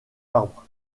arbres